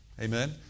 Amen